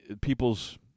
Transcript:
people's